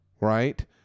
Right